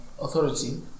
authority